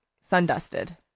Sun-dusted